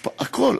הכול.